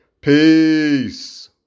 peace